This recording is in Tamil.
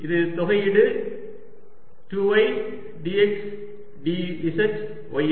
இது தொகையீடு 2 y dx dz y இல்